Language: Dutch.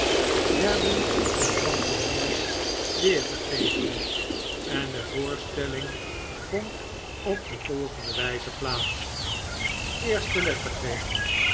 werden in pantomimes weergegeven en de voorstelling vond op de volgende wijze plaats eerste lettergreep